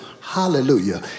Hallelujah